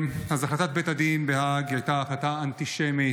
אז החלטת בית הדין בהאג הייתה החלטה אנטישמית,